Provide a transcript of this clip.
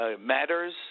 matters